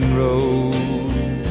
road